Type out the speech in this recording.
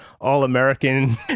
all-American